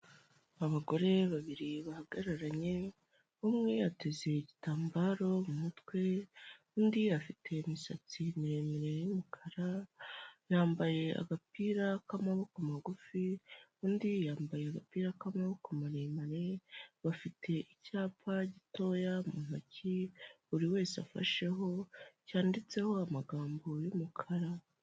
Abagore babiri bahagararanye umwe ateze igitambaro mu mutwe undi afite imisatsi miremire y'umukara yambaye agapira k'amaboko magufi, undi yambaye agapira k'amaboko maremare, bafite icyapa gitoya mu ntoki buri wese afasheho cyanditseho amagambo y'umukara.